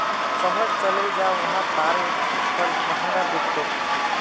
शहर चलइ जा वहा तारेर फल महंगा बिक तोक